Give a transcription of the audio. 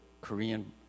Korean